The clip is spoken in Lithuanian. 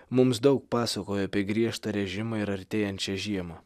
mums daug pasakojo apie griežtą režimą ir artėjančią žiemą